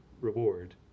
reward